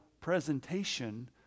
presentation